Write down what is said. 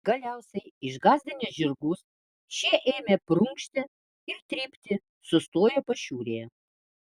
galiausiai išgąsdinęs žirgus šie ėmė prunkšti ir trypti sustojo pašiūrėje